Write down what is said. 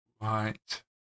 Right